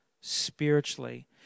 spiritually